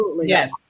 yes